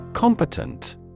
Competent